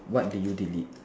what do you delete